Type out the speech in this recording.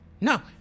No